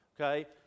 okay